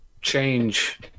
change